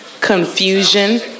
confusion